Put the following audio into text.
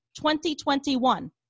2021